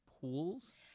pools